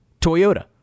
Toyota